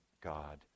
God